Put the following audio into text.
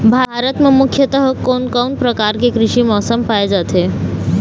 भारत म मुख्यतः कोन कौन प्रकार के कृषि मौसम पाए जाथे?